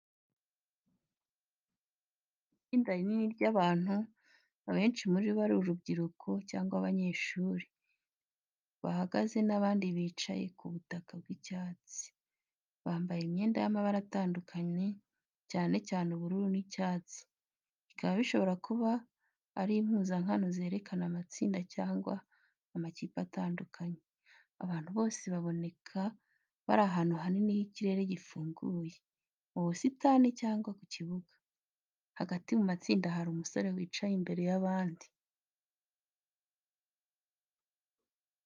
Itsinda rinini ry’abantu, abenshi muri bo ari urubyiruko cyangwa abanyeshuri, bahagaze n’abandi bicaye ku butaka bw’icyatsi. Bambaye imyenda y’amabara atandukanye cyane cyane ubururu n’icyatsi, bikaba bishobora kuba ari impuzankano zerekana amatsinda cyangwa amakipe atandukanye. Abantu bose baboneka bari ahantu hanini h’ikirere gifunguye, mu busitani cyangwa ku kibuga. Hagati mu itsinda hari umusore wicaye imbere y’abandi.